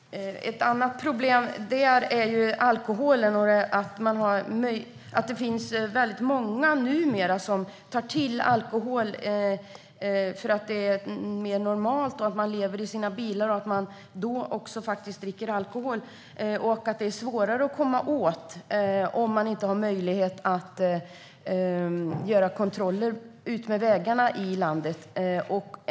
Herr talman! Ett annat problem där är ju alkoholen. Det finns numera väldigt många som lever i sina bilar, och då är det mer normalt att man faktiskt också dricker alkohol. Detta är svårare att komma åt om det inte finns möjlighet att göra kontroller längs vägarna i landet.